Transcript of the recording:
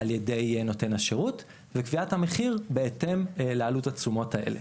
על-ידי נותן השרות וקביעת המחיר בהתאם לעלות התשומות האלה.